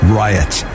riots